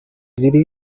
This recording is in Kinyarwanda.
ziri